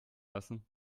lassen